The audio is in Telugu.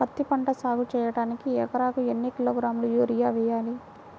పత్తిపంట సాగు చేయడానికి ఎకరాలకు ఎన్ని కిలోగ్రాముల యూరియా వేయాలి?